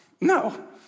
No